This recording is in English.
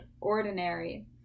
ordinary